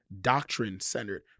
doctrine-centered